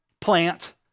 plant